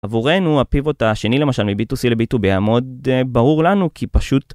עבורנו, הפיבוט השני למשל מ-b2c ל-b2b מאוד ברור לנו כי פשוט...